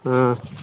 हँ